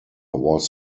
was